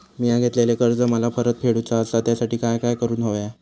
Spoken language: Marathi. मिया घेतलेले कर्ज मला परत फेडूचा असा त्यासाठी काय काय करून होया?